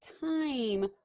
time